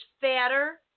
fatter